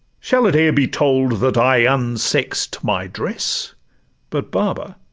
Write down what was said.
shall it e'er be told that i unsex'd my dress but baba,